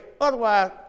Otherwise